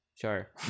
sure